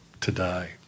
today